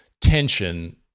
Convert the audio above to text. tension